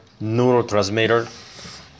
neurotransmitter